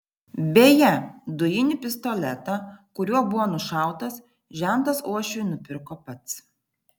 beje dujinį pistoletą kuriuo buvo nušautas žentas uošviui nupirko pats